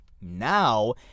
now